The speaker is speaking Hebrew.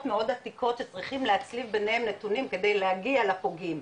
מאוד עתיקות שצריכים להצליב ביניהם נתונים כדי להגיע לפוגעים,